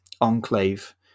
enclave